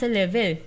level